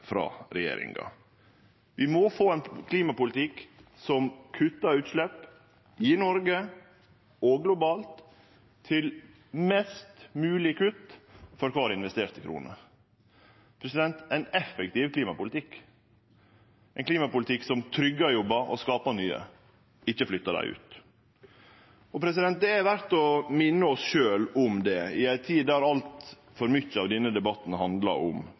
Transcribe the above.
frå regjeringa. Vi må få ein klimapolitikk som kuttar utslepp, i Noreg og globalt, til mest mogleg kutt for kvar investerte krone: ein effektiv klimapolitikk, ein klimapolitikk som tryggjar jobbar og skapar nye, ikkje flyttar dei ut. Det er verdt å minne oss sjølve om det i ei tid då altfor mykje av denne debatten handlar om